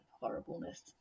horribleness